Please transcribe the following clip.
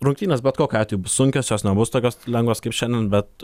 rungtynės bet kokiu atveju bus sunkios jos nebus tokios lengvos kaip šiandien bet